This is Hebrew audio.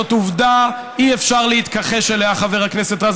זאת עובדה, אי-אפשר להתכחש אליה, חבר הכנסת רז.